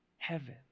heaven